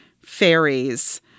fairies